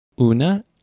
Una